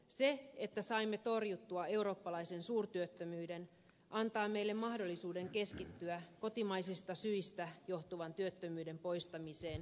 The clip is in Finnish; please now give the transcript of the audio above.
se että saimme torjuttua eurooppalaisen suurtyöttömyyden antaa meille mahdollisuuden keskittyä kotimaisista syistä johtuvan työttömyyden poistamiseen kotimaisin keinoin